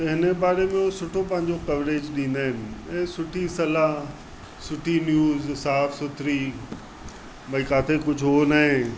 त हिन ई बारे में हो सुठो पंहिंजो कवरेज ॾींदा आहिनि ऐं सुठी सलाहु सुठी न्यूज़ साफ़ सुथरी ॿई काथे किथे हो न आहे